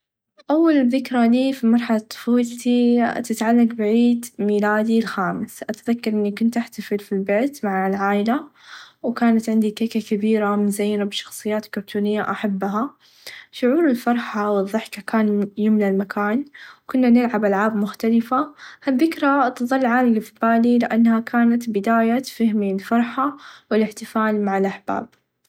اول ذكرى لي في مرحله طفولتي تتعلق بعيد ميلادي الخامس اتذكر اني كنت تحت في البيت مع العايله و كانت عندي كيكه كبيره مزينه بشخصيات كرتونيه احبها شعور الفرحه و الظحكه كان يملى المكان و كنا نلعب العاب مختلفه هالذكرى تظل عالقه في بالي لانها كانت بدايه فهمي للفرحه و الاحتفال مع الاحباب.